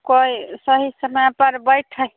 कोइ सही समयपर बैठै